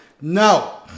No